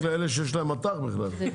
זה רק לאלה שיש להם מט"ח בכלל.